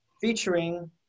featuring